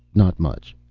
not much,